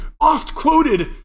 oft-quoted